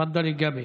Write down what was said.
תפדלי, גבי.